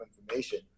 information